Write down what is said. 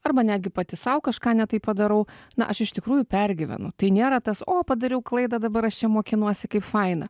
arba netgi pati sau kažką ne taip padarau na aš iš tikrųjų pergyvenu tai nėra tas o padariau klaidą dabar aš čia mokinuosi kaip faina